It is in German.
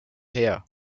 her